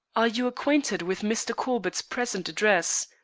are you acquainted with mr. corbett's present address?